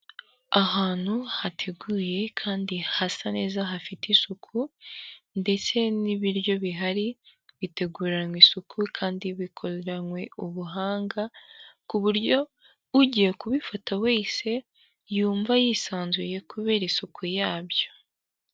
Ahantu hateguye kandi hasa neza hafite isuku, ndetse n'ibiryo bihari biteguranywe isuku kandi bikoranywe ubuhanga ku buryo ugiye kubifata wese, yumva yisanzuye kubera isuku yabyo.